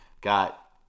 got